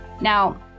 Now